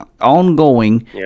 ongoing